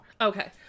okay